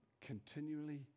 continually